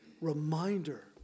reminder